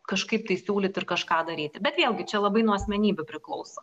kažkaip tai siūlyt ir kažką daryti bet vėlgi čia labai nuo asmenybių priklauso